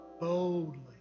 Boldly